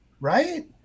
right